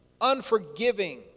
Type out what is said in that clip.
unforgiving